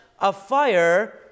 afire